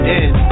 end